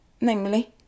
namely